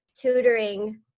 tutoring